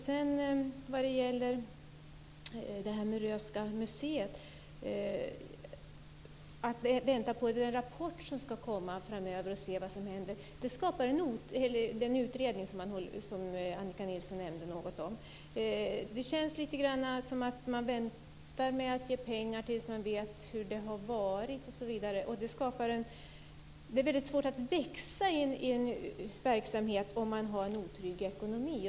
Annika Nilsson nämnde att man när det gäller Röhsska museet väntar på en utredning som ska komma framöver. Det känns lite som att man väntar med att ge pengar tills man vet hur det har varit. Det är väldigt svårt att växa i en verksamhet om man har en otrygg ekonomi.